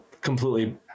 completely